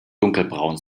dunkelbraun